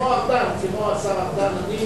אבל, כמו השר ארדן.